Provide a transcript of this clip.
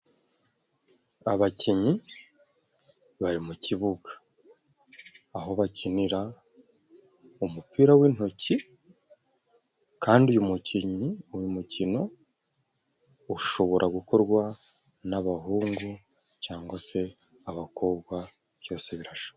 Abakinnyi bari mu kibuga aho bakinira umupira w'intoki, kandi uyu mukinnyi, uyu mukino ushobora gukorwa n'abahungu cyangwa se abakobwa byose birashoboka.